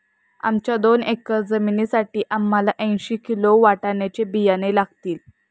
आमच्या दोन एकर जमिनीसाठी आम्हाला ऐंशी किलो वाटाण्याचे बियाणे लागतील